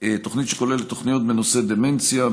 שכוללת תוכניות בנושא: דמנציה,